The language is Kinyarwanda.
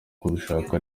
kubishaka